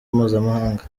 mpuzamahanga